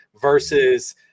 versus